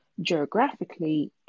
geographically